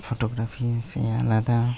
photography সে আলাদা